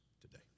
today